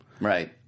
right